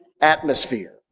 atmosphere